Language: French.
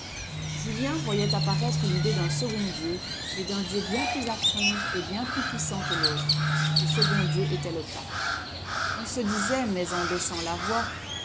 julien voyait apparaître l'idée d'un second dieu mais d'un dieu bien plus à craindre et bien plus puissant que l'autre ce second dieu était le pape on se disait mais en baissant la voix